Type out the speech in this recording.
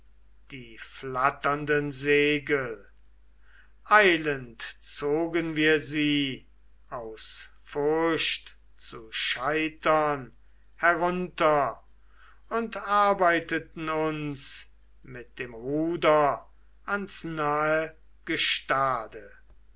die flatternden segel eilend zogen wir sie aus furcht zu scheitern herunter und arbeiteten uns mit dem ruder ans nahe gestade